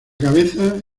cabeza